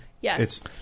Yes